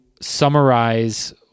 summarize